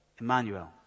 Emmanuel